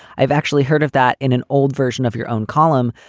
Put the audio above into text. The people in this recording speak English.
i've actually heard of that in an old version of your own column.